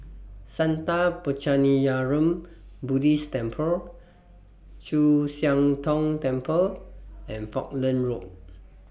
Sattha Puchaniyaram Buddhist Temple Chu Siang Tong Temple and Falkland Road